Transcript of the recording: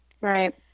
Right